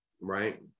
right